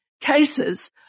cases